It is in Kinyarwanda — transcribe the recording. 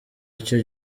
icyo